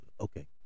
okay